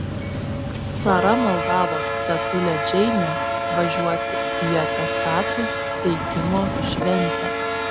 sara maldavo tetulę džeinę važiuoti į atestatų teikimo šventę